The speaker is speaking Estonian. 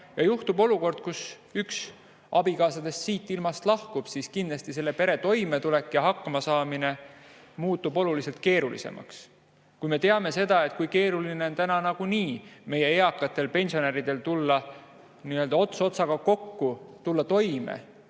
kui juhtub olukord, kus üks abikaasadest siit ilmast lahkub, siis kindlasti selle pere toimetulek ja hakkamasaamine muutub oluliselt keerulisemaks. Me teame seda, kui keeruline on täna nagunii meie eakatel pensionäridel tulla ots otsaga kokku, tulla toime.